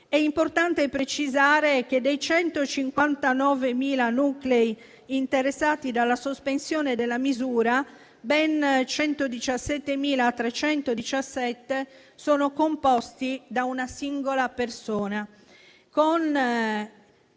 È importante precisare che, dei 159.000 nuclei interessati dalla sospensione della misura, ben 117.317 sono composti da una singola persona, con